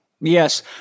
Yes